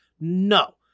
No